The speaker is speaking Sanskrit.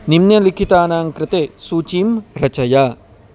निम्नलिखितानां कृते सूचिं रचय